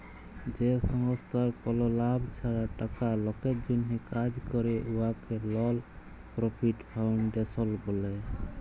যে সংস্থার কল লাভ ছাড়া টাকা লকের জ্যনহে কাজ ক্যরে উয়াকে লল পরফিট ফাউল্ডেশল ব্যলে